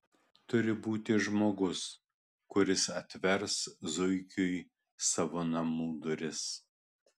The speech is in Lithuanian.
turi būti žmogus kuris atvers zuikiui savo namų duris